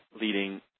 leading